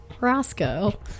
Roscoe